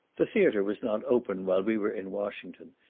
the theatre was not open while we were in washington,